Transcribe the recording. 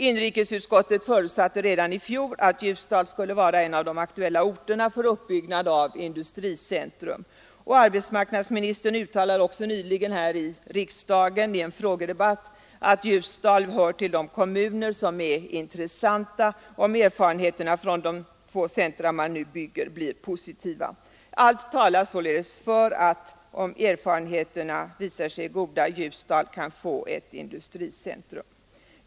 Inrikesutskottet förutsatte redan i fjol att Ljusdal skulle vara en av de aktuella orterna för uppbyggnad av industricentrum. Arbetsmarknadsministern uttalade också nyligen i en frågedebatt här i riksdagen att Ljusdal hör till de kommuner som är intressanta om erfarenheterna från de två centra man nu bygger blir positiva. Allt talar således för att — om erfarenheterna visar sig goda — Ljusdal kan få ett industricentrum.